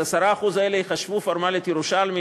אז ה-10% האלה ייחשבו פורמלית ירושלמים